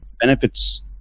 benefits